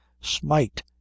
SMITE